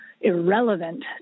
irrelevant